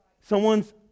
someone's